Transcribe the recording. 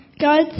God